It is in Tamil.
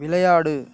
விளையாடு